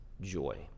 joy